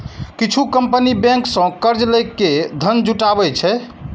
किछु company bank सं कर्ज लए के धन जुटाबै छै